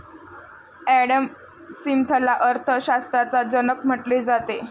Adam स्मिथला अर्थ शास्त्राचा जनक म्हटले जाते